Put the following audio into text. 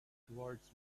towards